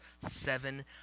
seven